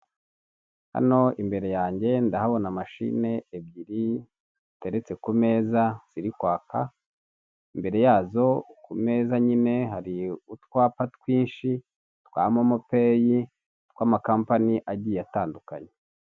Hano imbere yanjye ndahabona mashine ebyiri ziteretse ku meza ziri kwaka, imbere yazo ku meza nyine hari utwapa twinshi twa MomoPay tw'ama kampani agiye atandukanye.